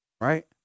right